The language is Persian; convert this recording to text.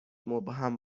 مبهم